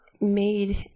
made